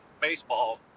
baseball